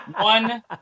One